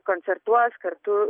koncertuos kartu